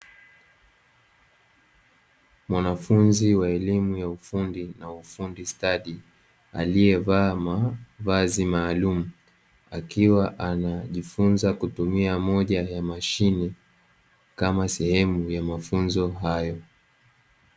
Mwanafunzi wa elimu ya ufundi na ufundi stadi alievaa mavazi maalumu, akiwa anajifunza kutumia Moja ya mashine kama sehemu ya mafunzo hayo.